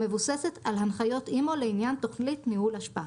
המבוססת על הנחיות אימ"ו לעניין תכנית ניהול אשפה,